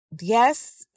Yes